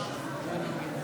כד לא נתקבלה.